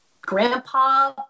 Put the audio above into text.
grandpa